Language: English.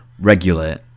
Regulate